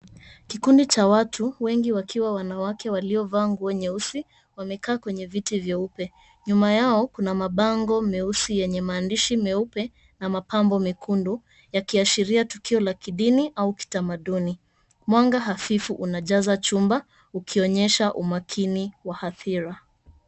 Kikundi cha watu wengi wakiwa wanawake waliovaa nguo nyeusi wamekaa kwenye viti vyeupe. Nyuma yao kuna mabango meusi yenye maandishi meupe na mapambo mekundu yakiashiria tukio la kidini au kitamaduni. Mwanga hafifu unajaza chumba ukionyesha umakini wa hathira.